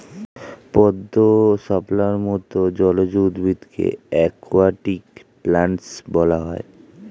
পদ্ম, শাপলার মত জলজ উদ্ভিদকে অ্যাকোয়াটিক প্ল্যান্টস বলা হয়